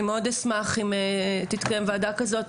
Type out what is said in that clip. אני מאוד אשמח אם תתקיים ועדה כזאת,